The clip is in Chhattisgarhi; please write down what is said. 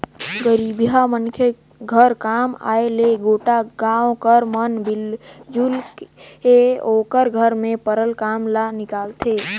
गरीबहा मनखे घर काम आय ले गोटा गाँव कर मन मिलजुल के ओकर घर में परल काम ल निकालथें